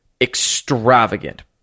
extravagant